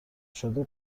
شده